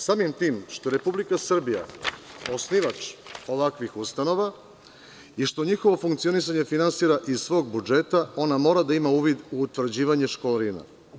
Samim tim što je Republika Srbija osnivač ovakvih ustanova i što njihovo funkcionisanje finansira iz svog budžeta, ona mora da ima uvid u utvrđivanje školarina.